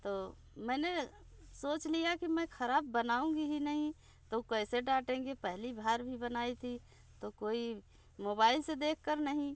तो मैंने सोच लिया कि मैं खराब बनाऊँगी ही नहीं तो कैसे डाटेंगे पहली बार भी बनाई थी तो कोई मोबाइल से देखकर नहीं